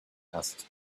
asked